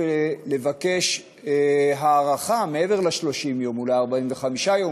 ולבקש הארכה מעבר ל-30 יום: אולי 45 יום,